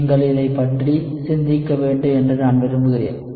நீங்கள் இதைப் பற்றி சிந்திக்க வேண்டும் என்று நான் விரும்புகிறேன்